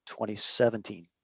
2017